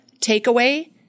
takeaway